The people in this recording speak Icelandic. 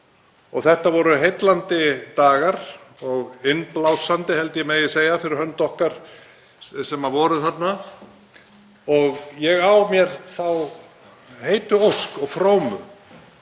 Þetta voru heillandi dagar og innblásandi, held ég megi segja fyrir hönd okkar sem vorum þarna. Ég á mér þá heitu ósk og frómu